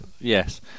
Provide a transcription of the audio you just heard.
Yes